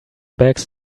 bags